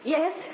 Yes